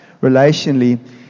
relationally